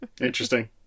Interesting